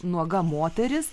nuoga moteris